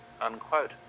Unquote